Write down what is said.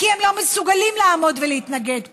כי הם לא מסוגלים לעמוד ולהתנגד פה.